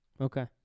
Okay